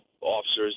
officers